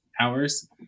hours